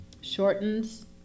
shortens